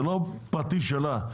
זה לא פרטי שלה.